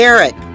Eric